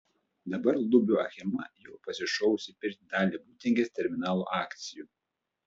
dabar lubio achema jau pasišovusi pirkti dalį būtingės terminalo akcijų